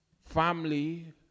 family